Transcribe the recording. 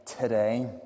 today